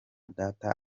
data